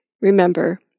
Remember